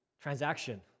transaction